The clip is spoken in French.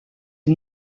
est